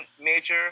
major